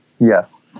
Yes